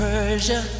Persia